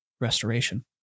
restoration